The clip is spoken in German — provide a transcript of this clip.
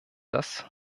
das